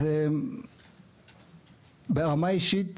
אז ברמה אישית,